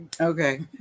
Okay